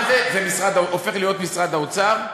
מה זה, זה הופך להיות משרד האוצר?